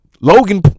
Logan